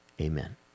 amen